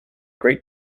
great